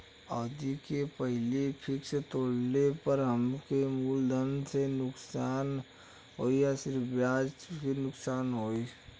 अवधि के पहिले फिक्स तोड़ले पर हम्मे मुलधन से नुकसान होयी की सिर्फ ब्याज से नुकसान होयी?